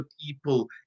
people